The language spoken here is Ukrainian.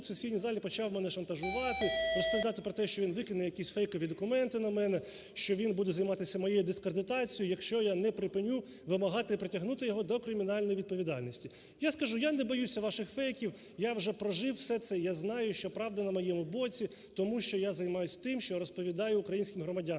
сесійні залі, почав мене шантажувати, розповідати про те, що він викине якісь фейкові документи на мене, що він буде займатися моє дискредитацією, якщо я не припиню вимагати притягнути його до кримінальної відповідальності. Я кажу, я не боюся ваших фейків, я вже прожив все це, і я знаю, що правда на моєму боці, тому що я займаюсь тим, що розповідаю українським громадянам.